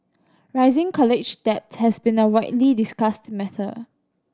rising college debt has been a widely discussed matter